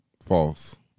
False